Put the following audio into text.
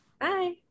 Bye